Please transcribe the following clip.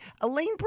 Elaine